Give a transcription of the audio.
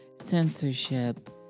censorship